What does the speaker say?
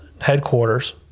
headquarters